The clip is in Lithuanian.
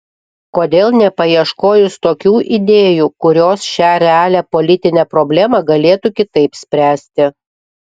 kodėl nepaieškojus tokių idėjų kurios šią realią politinę problemą galėtų kitaip spręsti